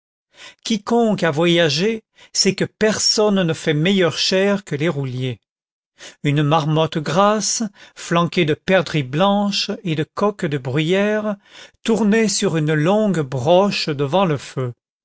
quiconque a voyagé sait que personne ne fait meilleure chère que les rouliers une marmotte grasse flanquée de perdrix blanches et de coqs de bruyère tournait sur une longue broche devant le feu